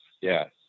yes